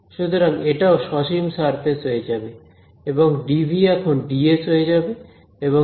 সুতরাং এটাও সসীম সারফেস হয়ে যাবে এবং dV এখন dS হয়ে যাবে এবং dS হয়ে যাবে dl